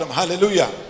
hallelujah